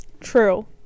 True